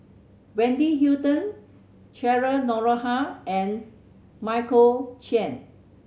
Wendy Hutton Cheryl Noronha and Michael Chiang